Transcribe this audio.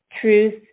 truth